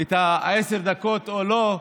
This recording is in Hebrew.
את עשר הדקות או לא.